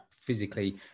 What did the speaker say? physically